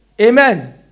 Amen